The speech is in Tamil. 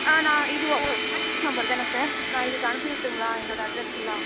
ஆ நான் இது உ உ உங்க வாட்ஸ்அப் நம்பர் தான சார் நான் இதுக்கு அனுப்பிவிட்டுங்களா என்னோடய அட்ரஸ் ஃபுல்லா